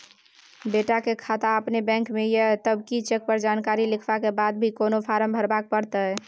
बेटा के खाता अपने बैंक में ये तब की चेक पर जानकारी लिखवा के बाद भी कोनो फारम भरबाक परतै?